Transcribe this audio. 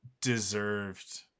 deserved